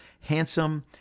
handsome